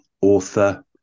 author